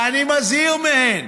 ואני מזהיר מהן,